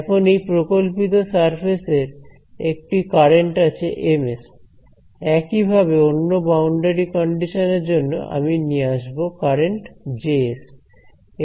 এখন এই প্রকল্পিত সারফেস এর একটি কারেন্ট আছে M s একই ভাবে অন্য বাউন্ডারি কন্ডিশন এর জন্য আমি নিয়ে আসবো কারেন্ট Js